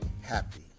happy